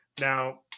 Now